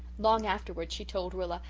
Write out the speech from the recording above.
long afterwards she told rilla,